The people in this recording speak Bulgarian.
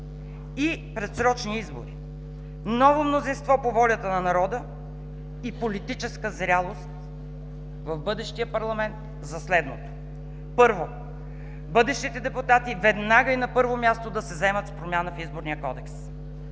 и предсрочни избори, ново мнозинство по волята на народа и политическа зрялост в бъдещия парламент за следното: Първо, бъдещите депутати веднага и на първо място да се заемат с промяна в Изборния кодекс.